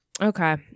Okay